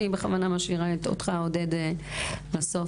אני בכוונה משאירה אותך עודד לסוף,